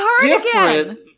different